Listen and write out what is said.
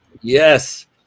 Yes